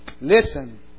Listen